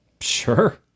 sure